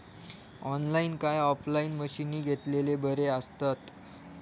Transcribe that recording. Online काय offline मशीनी घेतलेले बरे आसतात?